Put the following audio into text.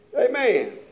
Amen